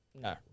No